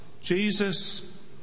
Jesus